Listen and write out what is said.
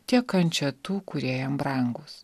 tiek kančią tų kurie jam brangūs